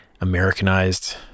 Americanized